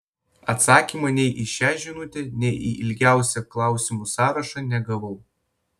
atsakymo nei į šią žinutę nei į ilgiausią klausimų sąrašą negavau